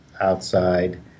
outside